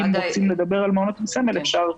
אם רוצים לדבר עם מעונות עם סמל, אפשר.